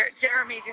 Jeremy